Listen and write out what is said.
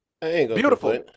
Beautiful